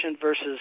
versus